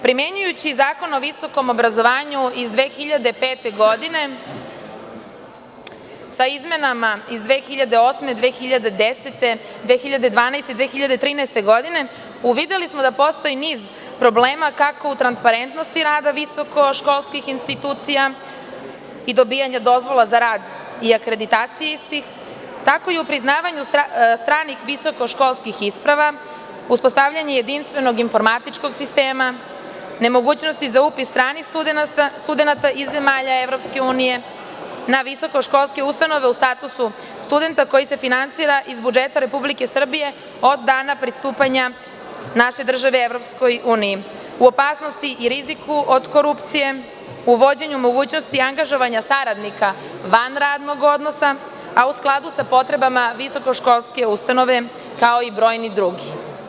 Primenjujući Zakon o visokom obrazovanju iz 2005. godine, sa izmenama iz 2008, 2010, 2012. i 2013. godine, uvideli smo da postoji niz problema kako u transparentnosti rada visokoškolskih institucija i dobijanja dozvola za rad i akreditacije istih, tako i u priznavanju stranih visokoškolskih isprava, uspostavljanja jedinstvenog informatičkog sistema, nemogućnosti za upis stranih studenata iz zemalja EU na visokoškolske ustanove u statusu studenta koji se finansira iz budžeta Republike Srbije od dana pristupanja naše države EU, u opasnosti i riziku od korupcije u vođenju mogućnosti angažovanja saradnika van radnog odnosa, a u skladu sa potrebama visokoškolske ustanove, kao i brojni drugi.